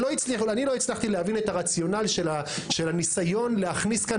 אני לא הצלחתי להבין את הרציונל של הניסיון להכניס כאן